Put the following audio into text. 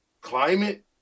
climate